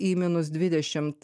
į minus dvidešimt